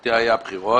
בזכותי היו בחירות.